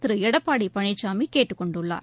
திரு எடப்பாடி பழனிசாமி கேட்டுக் கொண்டுள்ளார்